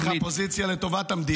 אין לך פוזיציה לטובת המדינה?